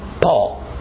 Paul